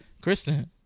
Kristen